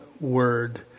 word